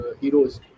Heroes